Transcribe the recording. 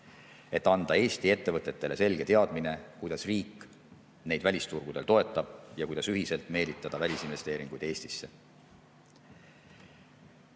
et anda ettevõtetele selge teadmine, kuidas riik neid välisturgudel toetab ja kuidas ühiselt meelitada välisinvesteeringuid Eestisse.